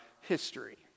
history